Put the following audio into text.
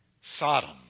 Sodom